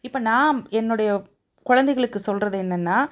இப்போ நான் என்னுடைய குழந்தைகளுக்கு சொல்கிறது என்னன்னா